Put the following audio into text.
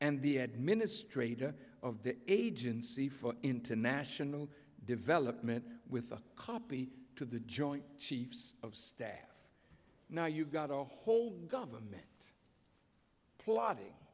and the administrator of the agency for international development with a copy to the joint chiefs of staff now you've got a whole government plotting